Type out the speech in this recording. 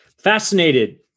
fascinated